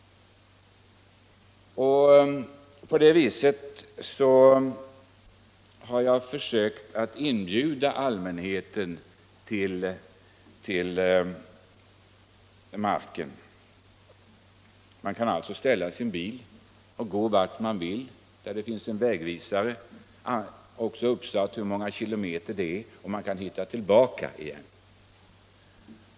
På det viset har jag försökt inbjuda allmänheten till att vandra i markerna. Människorna kan alltså ställa sin bil och gå vart de vill. På de uppsatta vägvisarna står angivet hur många kilometer det är dit och dit, och turisterna kan vara säkra på att hitta tillbaka igen.